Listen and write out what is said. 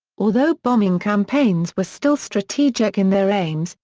although bombing campaigns were still strategic in their aims,